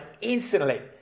instantly